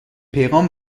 پیغام